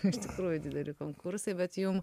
iš tikrųjų dideli konkursai bet jum